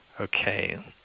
Okay